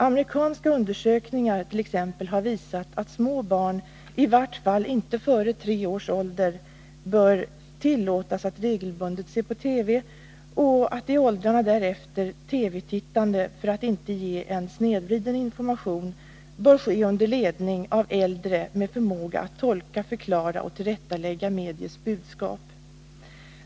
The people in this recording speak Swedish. Amerikanska undersökningar t.ex. har visat att småbarn, i vart fall inte före tre års ålder, inte bör tillåtas att regelbundet se på TV. I åldrarna därefter bör TV-tittandet, för att inte ge en snedvriden information, ske under ledning av äldre med förmåga att tolka, förklara och tillrättalägga mediets budskap.